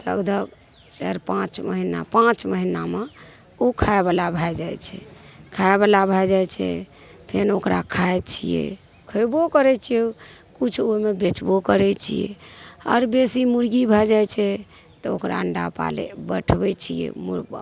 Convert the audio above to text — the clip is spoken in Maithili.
लगधक चारि पाँच महिना पाँच महिनामे ओ खाइवला भए जाइ छै खाइवला भए जाइ छै फेर ओकरा खाइ छिए खएबौ करै छिए किछु ओहिमे बेचबो करै छिए आओर बेसी मुरगी भए जाइ छै तऽ ओकरा अण्डा पालै बैठबै छिए